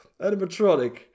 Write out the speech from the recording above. animatronic